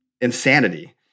insanity